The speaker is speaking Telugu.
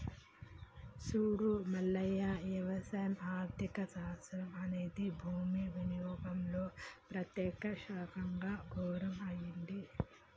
సూడు మల్లయ్య వ్యవసాయ ఆర్థిక శాస్త్రం అనేది భూమి వినియోగంలో ప్రత్యేక శాఖగా షురూ అయింది